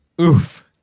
Oof